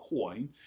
coin